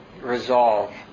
resolve